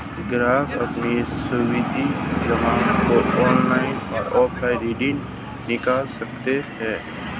ग्राहक अपनी सावधि जमा को ऑनलाइन या ऑफलाइन रिडीम निकाल सकते है